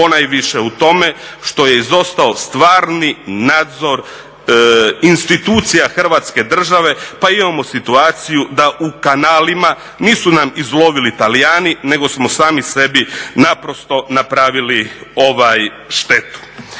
ponajviše u tome što je izostao stvarni nadzor institucija Hrvatske države pa imamo situaciju da u kanalima nisu nam izlovili Talijani nego smo sami sebi naprosto napravili štetu.